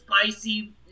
spicy